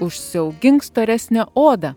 užsiaugink storesnę odą